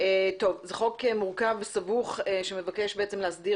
היום אנחנו מתחילים לדון בחוק מורכב וסבוך המבקש להסדיר